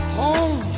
home